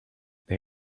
they